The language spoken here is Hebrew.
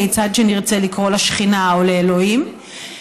כיצד שנקרא לשכינה או לאלוהים,